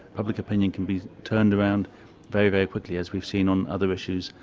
public opinion can be turned around very, very quickly, as we've seen on other issues,